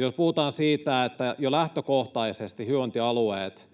jos puhutaan siitä, että jo lähtökohtaisesti hyvinvointialueet